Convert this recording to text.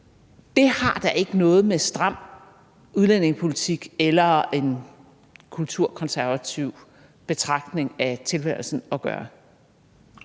Det har da ikke noget med stram udlændingepolitik eller med kulturkonservative betragtninger af tilværelsen at gøre.